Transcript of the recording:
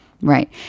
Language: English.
Right